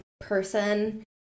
person